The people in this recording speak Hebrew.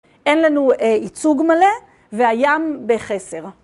אין לנו ייצוג מלא והים בחסר.